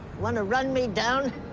want to run me down?